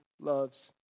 loves